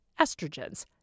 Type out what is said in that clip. estrogens